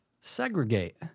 Segregate